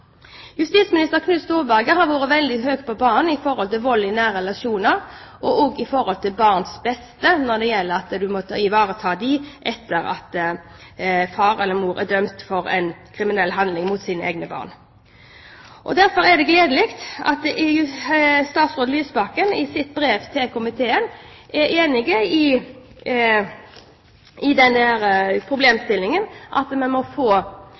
Justisminister Knut Storberget har vært veldig høyt på banen når det gjelder vold i nære relasjoner, og barns beste og det å ivareta dem etter at far eller mor er dømt for en kriminell handling mot sine egne barn. Derfor er det gledelig at statsråd Lysbakken i sitt brev til komiteen er enig i